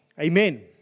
Amen